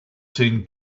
seen